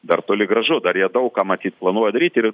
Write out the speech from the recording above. dar toli gražu dar jie daug ką matyt planuoja daryti ir